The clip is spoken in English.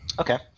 Okay